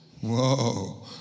Whoa